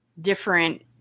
different